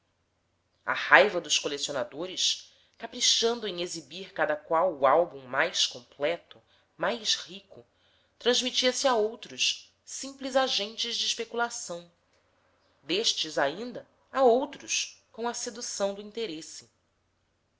a raiva dos colecionadores caprichando em exibir cada qual o álbum mais completo mais rico transmitia se a outros simples agentes de especulação destes ainda a outros com a sedução do interesse